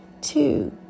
Two